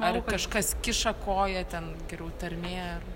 ar kažkas kiša koją ten geriau tarmė ar